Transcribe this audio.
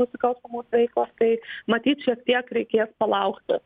nusikalstamos veikos tai matyt šiek tiek reikės palaukti